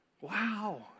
wow